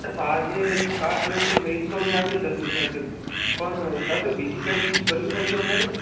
by જે card લઈને તો અમે આવીએ દર્દી સાથે પણ સાથે બીજી કાઇ ફીઝ ભરવી પડશે તમાર